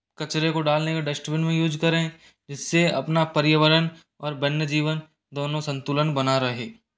कचरे को डालने को डश्टबिन भी यूज करें जिस से अपना पर्यावरण और वन्यजीवन दोनों संतुलन बना रहे